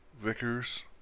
Vickers